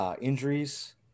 injuries